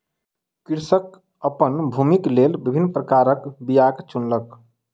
कृषक अपन भूमिक लेल विभिन्न प्रकारक बीयाक चुनलक